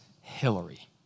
Hillary